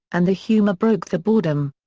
and the humor broke the boredom.